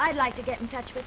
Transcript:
d like to get in touch with